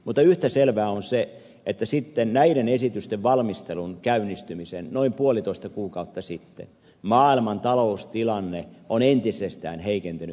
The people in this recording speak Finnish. mutta yhtä selvää on se että sitten näiden esitysten valmistelun käynnistymisen noin puolitoista kuukautta sitten maailman taloustilanne on entisestään heikentynyt